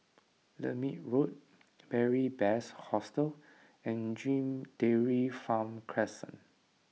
Lermit Road Beary Best Hostel and Dairy Farm Crescent